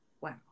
Wow